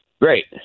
Great